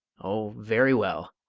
oh, very well,